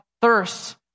thirst